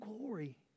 glory